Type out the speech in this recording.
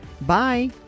Bye